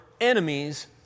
enemies